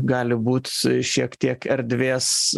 gali būt šiek tiek erdvės